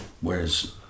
Whereas